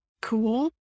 cool